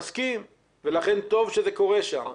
מסכים, ולכן טוב שזה קורה שם.